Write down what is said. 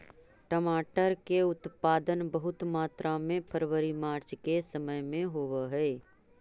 टमाटर के उत्पादन बहुत मात्रा में फरवरी मार्च के समय में होवऽ हइ